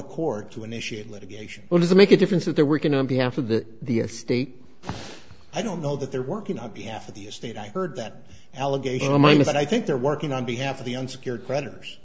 accord to initiate litigation but does it make a difference that they're working on behalf of the the state i don't know that they're working on behalf of the estate i heard that allegation of mine is that i think they're working on behalf of the unsecured creditors